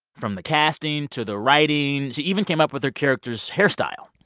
from the casting to the writing. she even came up with her character's hairstyle.